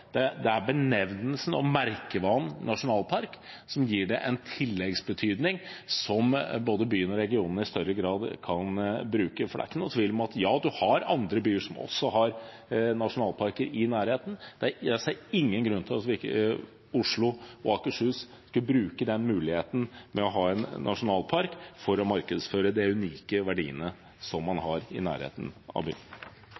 det er benevnelsen og merkevaren «nasjonalpark» som gir det en tilleggsbetydning som både byen og regionen i større grad kan bruke. Det er ikke noen tvil om at også andre byer har nasjonalparker i nærheten, og jeg ser ingen grunn til at ikke Oslo og Akershus skulle bruke muligheten ved å ha en nasjonalpark for å markedsføre de unike verdiene som man